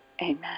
Amen